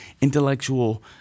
intellectual